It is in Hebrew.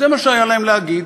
זה מה שהיה להם להגיד.